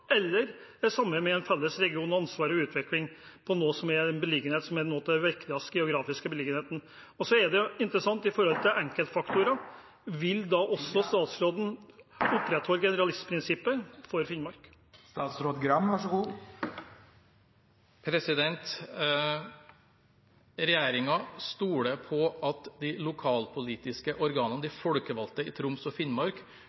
eller det samme med en felles region, ansvar og utvikling i det som er noe av den viktigste geografiske beliggenheten? Det er også interessant med tanke på enkeltfaktorer. Vil statsråden opprettholde generalistprinsippet for Finnmark? Regjeringen stoler på at de lokalpolitiske organene, de folkevalgte i Troms og Finnmark, vurderer hvordan de